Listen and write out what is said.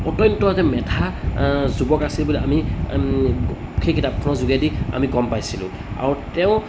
অত্যন্ত যে মেধা যুৱক আছিল বুলি আমি সেই কিতাপখনৰ যোগেদি আমি গম পাইছিলোঁ আৰু তেওঁ